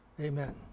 Amen